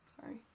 Sorry